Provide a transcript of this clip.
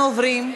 אנחנו עוברים,